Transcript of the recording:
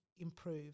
improve